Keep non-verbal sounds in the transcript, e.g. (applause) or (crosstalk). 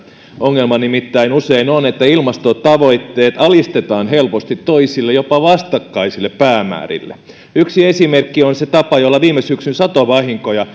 ongelma nimittäin usein on että ilmastotavoitteet alistetaan helposti toisille jopa vastakkaisille päämäärille yksi esimerkki on se tapa jolla viime syksyn satovahinkoja (unintelligible)